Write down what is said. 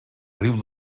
riu